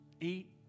eat